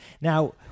now